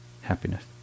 happiness